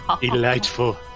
Delightful